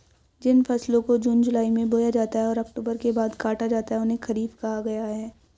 जिन फसलों को जून जुलाई में बोया जाता है और अक्टूबर के बाद काटा जाता है उन्हें खरीफ कहा गया है